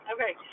Okay